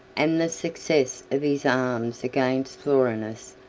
and the success of his arms against florianus,